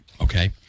Okay